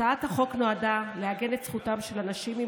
הצעת החוק נועדה להגן על זכותם של אנשים עם